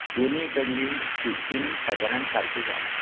दोनूय कडली सिस्टीम सादारण सारकीच आसा